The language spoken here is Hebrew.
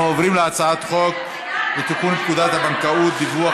אנחנו עוברים להצעת חוק לתיקון פקודת הבנקאות (דיווח